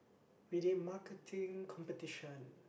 we did marketing competition